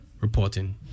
reporting